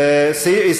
עודה,